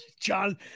John